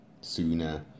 sooner